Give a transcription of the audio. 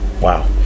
wow